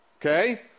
okay